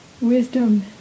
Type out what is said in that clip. wisdom